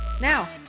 Now